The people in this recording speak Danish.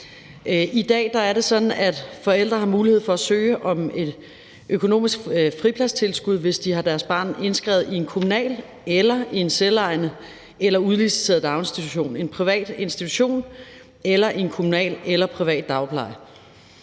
I dag er det sådan, at forældre har mulighed for at søge om et økonomisk fripladstilskud, hvis de har deres barn indskrevet i en kommunal eller i en selvejende eller udliciteret daginstitution, en privat institution eller en kommunal eller privat dagpleje.